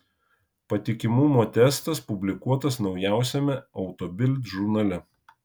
patikimumo testas publikuotas naujausiame auto bild žurnale